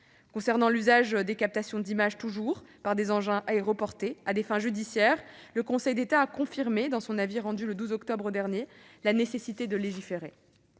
concerne l'usage des captations d'images par des engins aéroportés à des fins judiciaires, le Conseil d'État confirmé, dans un avis rendu le 12 octobre dernier, la nécessité de légiférer.